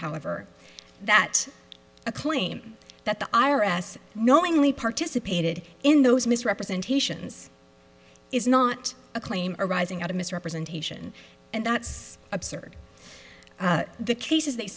however that a claim that the i r s knowingly participated in those misrepresentations is not a claim arising out of misrepresentation and that's absurd the cases they